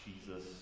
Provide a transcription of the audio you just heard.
Jesus